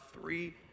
three